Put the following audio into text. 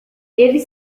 eles